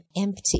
empty